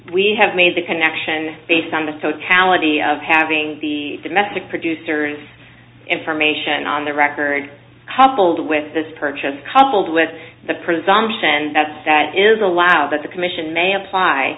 we have made the connection based on the totality of having the domestic producers information on the record coupled with this purchase coupled with the presumption that that is allowed that the commission may apply